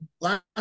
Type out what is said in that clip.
last